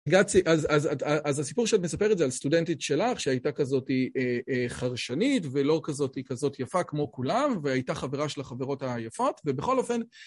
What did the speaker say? גאצי, אז הסיפור שאת מספרת זה על סטודנטית שלך שהייתה כזאת חרשנית ולא כזאת יפה כמו כולם והייתה חברה של החברות היפות, ובכל אופן